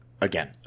again